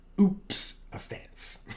oops-a-stance